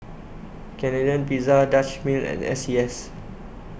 Canadian Pizza Dutch Mill and S C S